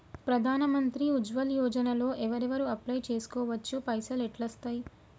ప్రధాన మంత్రి ఉజ్వల్ యోజన లో ఎవరెవరు అప్లయ్ చేస్కోవచ్చు? పైసల్ ఎట్లస్తయి?